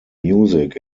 music